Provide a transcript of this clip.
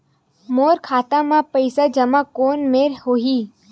मोर खाता मा पईसा जमा कोन मेर होही?